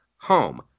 home